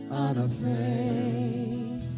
unafraid